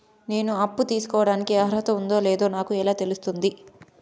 నేను అప్పు తీసుకోడానికి అర్హత ఉందో లేదో నాకు ఎలా తెలుస్తుంది?